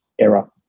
error